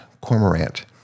cormorant